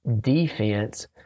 defense